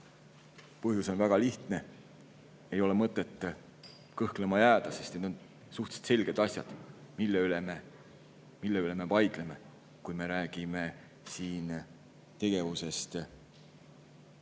Põhjus on väga lihtne. Ei ole mõtet kõhklema jääda, sest need on suhteliselt selged asjad, mille üle me vaidleme, kui me räägime siin tegutsemisest